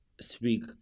speak